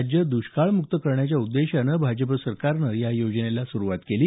राज्य दष्काळम्क्त करण्याच्या उद्देशानं भाजप सरकारनं या योजनेला सुरुवात केली